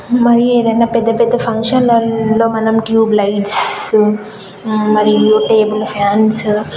మరి ఏదైనా పెద్ద పెద్ద ఫంక్షన్లలో మనం ట్యూబ్ లైట్స్ మరియు టేబుల్ ఫ్యాన్స్